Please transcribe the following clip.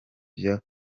byo